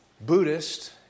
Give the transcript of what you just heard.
Buddhist